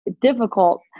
difficult